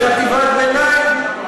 בחטיבת-ביניים,